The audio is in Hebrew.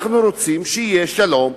אנחנו רוצים שיהיה שלום.